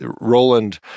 Roland